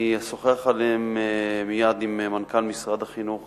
אני אשוחח עליהן מייד עם מנכ"ל משרד החינוך,